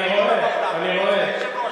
אני רואה, אני רואה.